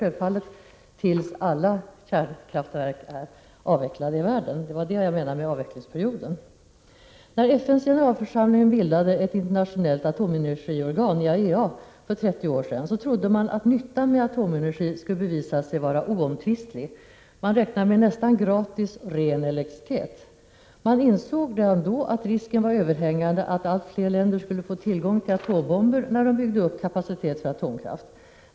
Självfallet skall arbetet fortsätta tills alla kärnkraftverk i världen är avvecklade. Det var det jag menade med uttrycket avvecklingsperioden. När FN:s generalförsamling för 30 år sedan bildade ett internationellt atomenergiorgan, IAEA, trodde man att nyttan med atomenergi skulle bevisas vara oomtvistlig. Man räknade med nästan gratis, ren elektricitet. Man insåg redan då att risken var överhängande att allt fler länder skulle få tillgång till atombomber när de byggde upp kapacitet för atomkraft.